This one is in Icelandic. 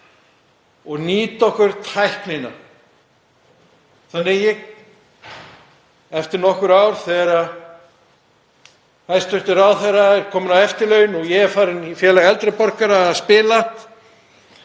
og nýtum okkur tæknina? Þannig að eftir nokkur ár þegar hæstv. ráðherra er kominn á eftirlaun og ég er farinn í Félag eldri borgara að spila